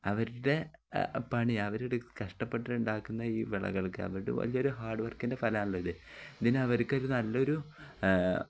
അവരുടെ പണി അവരുടെ കഷ്ടപ്പെട്ടുണ്ടാക്കുന്ന ഈ വിളകൾക്ക് അവരുടെ വലിയൊരു ഹാർഡ് വർക്കിൻ്റെ ഫലമാണല്ലോ ഇത് ഇതിന് അവർക്കൊരു നല്ലൊരു